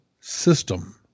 system